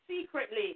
secretly